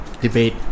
Debate